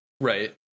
Right